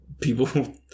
people